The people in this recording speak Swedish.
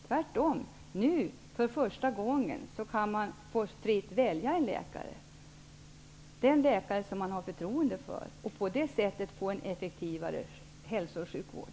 Nu kan man för första gången tvärtom fritt få välja läkare -- den läkare som man har förtroende för. På det sättet får vi en effektivare hälso och sjukvård.